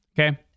Okay